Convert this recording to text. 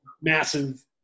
massive